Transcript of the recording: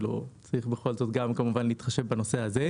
צריך בכל זאת להתחשב גם בנושא הזה.